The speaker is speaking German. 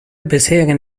bisherigen